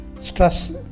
Stress